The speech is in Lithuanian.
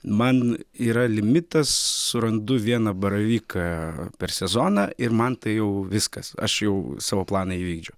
man yra limitas surandu vieną baravyką per sezoną ir man tai jau viskas aš jau savo planą įvykdžiau